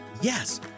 Yes